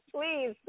please